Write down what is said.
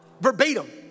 Verbatim